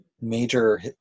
major